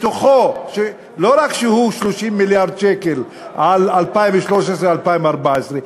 שלא רק שהוא 30 מיליארד שקל ל-2013 2014,